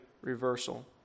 reversal